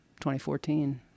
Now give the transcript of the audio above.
2014